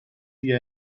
wie